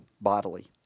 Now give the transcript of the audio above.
bodily